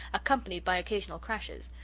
accompanied by occasional crashes.